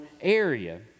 area